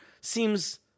seems